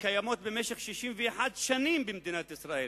הקיימות במשך 61 שנים במדינת ישראל.